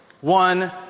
One